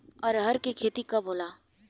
अरहर के खेती कब होला?